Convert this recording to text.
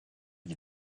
you